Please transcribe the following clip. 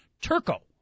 Turco